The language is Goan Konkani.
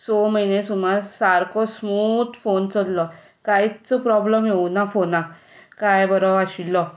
स म्हयने सुमार सारको स्मूथ फोन चल्लो कांयच प्रोब्लम येवंक ना फोनाक काय बरो आशिल्लो